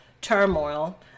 turmoil